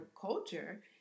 culture